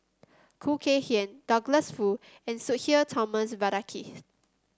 Khoo Kay Hian Douglas Foo and Sudhir Thomas Vadaketh